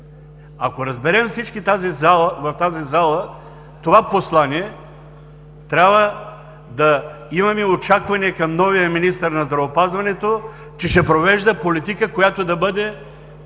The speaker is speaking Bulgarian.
Ако разберем всички в тази зала това послание, трябва да имаме очаквания към новия министър на здравеопазването, че ще провежда политика, която да бъде